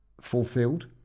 fulfilled